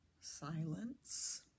Silence